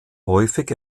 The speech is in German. häufig